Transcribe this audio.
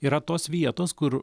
yra tos vietos kur